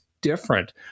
different